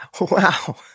Wow